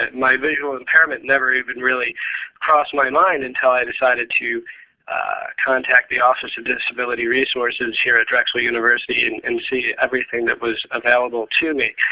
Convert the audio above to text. my visual impairment never even really crossed my mind until i decided to contact the office of disability resources here at drexel university and and see everything that was available to me.